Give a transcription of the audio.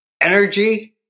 energy